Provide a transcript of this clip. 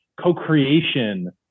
co-creation